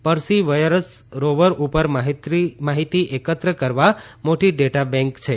Perseverance rover ઉપર માહિતી એકત્ર કરવા મોટી ડેટા બેંક છે